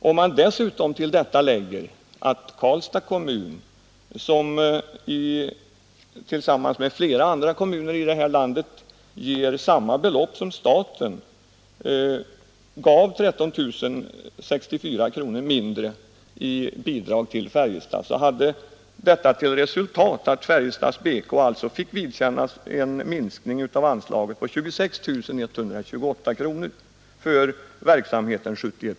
Om man dessutom till detta lägger att Karlstads kommun, som i likhet med flera andra kommuner i vårt land anslår samma belopp som staten, gav 13 064 kronor mindre i bidrag till Färjestads BK, blir resultatet att denna klubb fick vidkännas en minskning av anslaget på 26 128 kronor för verksamheten 1971/72.